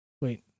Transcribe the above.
Wait